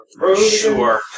Sure